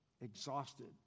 exhausted